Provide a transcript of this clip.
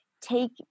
take